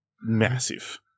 massive